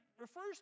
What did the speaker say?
refers